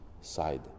side